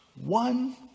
one